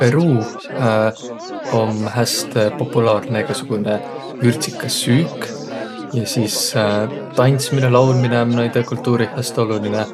Peruuh om häste populaarnõ egäsugunõ vürdsikas süük. Ja sis tandsminõ, laulminõ om naidõ kultuurih häste olulinõ.